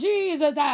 Jesus